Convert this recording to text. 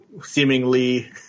seemingly